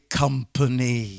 company